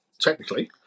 Technically